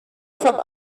from